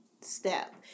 step